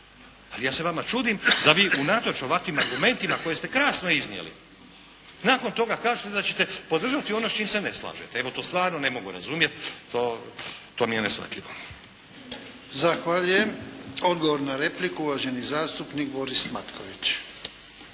Ali ja se vama čudim da vi unatoč ovakvim argumentima koje ste krasno iznijeli, nakon toga kažete da ćete podržati ono s čim se ne slažete. Evo to stvarno ne mogu razumjeti, to mije neshvatljivo. **Jarnjak, Ivan (HDZ)** Zahvaljujem. Odgovor na repliku, uvaženi zastupnik Boris Matković.